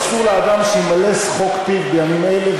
אסור לאדם שימלא שחוק פיו בימים אלה,